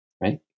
right